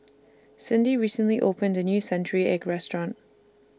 Cindy recently opened A New Century Egg Restaurant